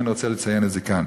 ואני רוצה לציין את זה כאן.